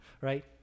Right